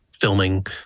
Filming